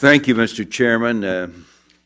thank you mr chairman